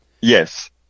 Yes